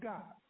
God